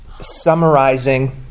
summarizing